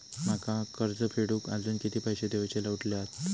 माका कर्ज फेडूक आजुन किती पैशे देऊचे उरले हत?